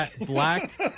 blacked